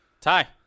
ty